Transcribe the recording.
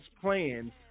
plans